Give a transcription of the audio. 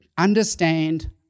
Understand